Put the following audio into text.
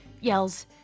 yells